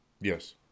Yes